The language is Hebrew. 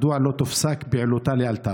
מדוע לא תופסק פעילותה לאלתר?